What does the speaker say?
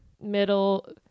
middle